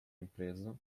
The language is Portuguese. empresa